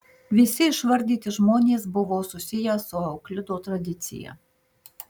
visi išvardyti žmonės buvo susiję su euklido tradicija